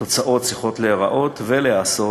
תוצאות צריכות להיראות ולהיעשות,